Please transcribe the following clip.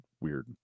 weird